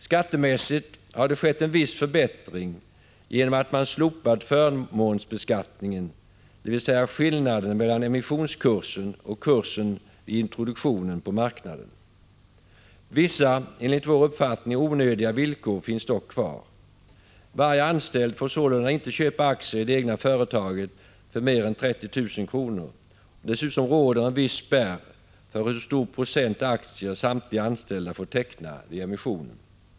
Skattemässigt har det skett en viss förbättring genom att man slopat förmånsbeskattningen, dvs. skillnaden mellan emissionskursen och kursen vid introduktionen på marknaden. Vissa enligt vår uppfattning onödiga villkor finns dock kvar. Varje anställd får sålunda inte köpa aktier i det egna företaget för mer än 30 000 kr. Dessutom råder en viss spärr för hur stor procent aktier samtliga anställda får teckna vid en emission.